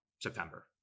September